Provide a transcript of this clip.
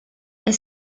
est